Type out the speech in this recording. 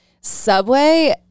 Subway